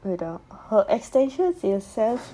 wait ah her extensions itself